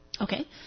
Okay